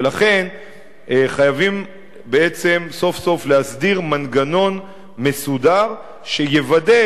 ולכן חייבים בעצם סוף סוף להסדיר מנגנון מסודר שיוודא